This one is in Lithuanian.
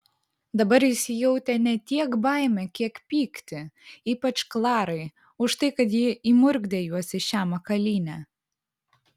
dabar jis jautė ne tiek baimę kiek pyktį ypač klarai už tai kad ji įmurkdė juos į šią makalynę